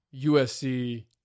USC